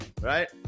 right